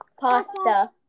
Pasta